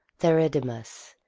theridamas,